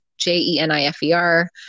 J-E-N-I-F-E-R